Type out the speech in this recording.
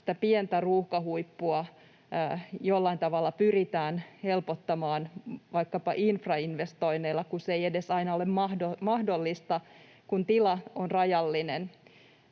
pientä ruuhkahuippua jollain tavalla pyritään helpottamaan vaikkapa infrainvestoinneilla, kun se ei edes aina ole mahdollista. Kun tila on rajallinen,